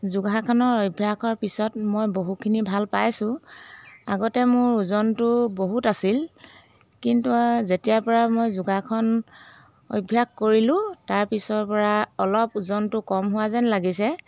যোগাসনৰ অভ্যাসৰ পিছত মই বহুখিনি ভাল পাইছোঁ আগতে মোৰ ওজনটো বহুত আছিল কিন্তু যেতিয়াৰ পৰা মই যোগাসন অভ্যাস কৰিলো তাৰপিছৰ পৰা অলপ ওজনটো কম হোৱা যেন লাগিছে